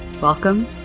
Welcome